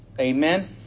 Amen